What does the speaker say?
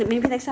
no